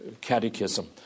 catechism